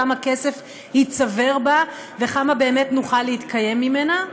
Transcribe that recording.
כמה כסף ייצבר בה וכמה באמת נוכל להתקיים ממנה,